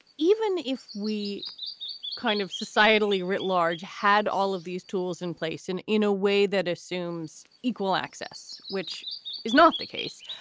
even if we kind of societally writ large had all of these tools in place and in a way that assumes equal access, which is not the case.